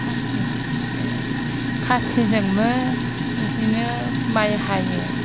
खासि ए खासिजोंबो बिदिनो माइ हायो